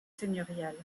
seigneuriales